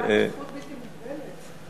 קיבלת זכות בלתי מוגבלת,